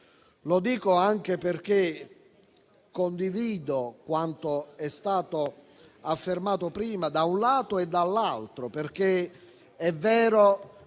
questo anche perché condivido quanto è stato affermato prima da un lato e dall'altro, perché è vero